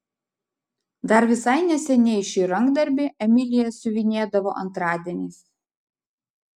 dar visai neseniai šį rankdarbį emilija siuvinėdavo antradieniais